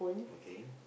okay